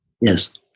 Yes